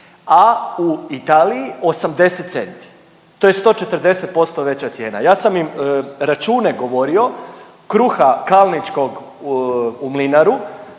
a u Italiji 80 centi to je 140% veća cijena. Ja sam im račune govorio kruha Kalničkog u Mlinaru